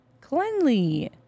cleanly